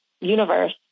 universe